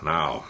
Now